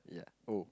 yeah oh